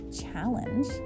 challenge